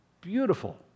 Beautiful